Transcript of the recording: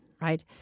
right